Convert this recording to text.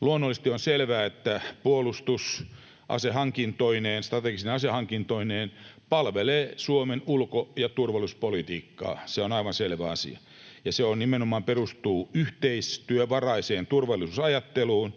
Luonnollisesti on selvää, että puolustus asehankintoineen, strategisine asehankintoineen, palvelee Suomen ulko- ja turvallisuuspolitiikkaa. Se on aivan selvä asia, ja se nimenomaan perustuu yhteistyövaraiseen turvallisuusajatteluun.